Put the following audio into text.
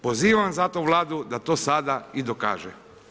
Pozivam zato Vladu da to sada i dokaže.